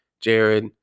Jared